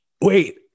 Wait